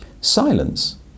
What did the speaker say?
Silence